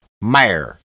Mayor